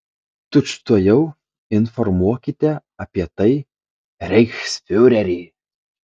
tučtuojau informuokite apie tai reichsfiurerį